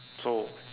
so